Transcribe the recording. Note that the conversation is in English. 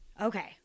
okay